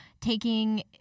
taking